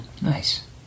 Nice